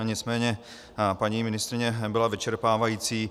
Nicméně paní ministryně byla vyčerpávající.